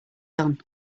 done